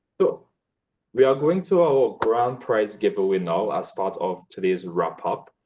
so we are going to our grand prize give away now as part of today's wrap up.